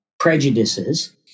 prejudices